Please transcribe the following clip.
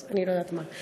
אז אני לא יודעת מה.